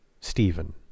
Stephen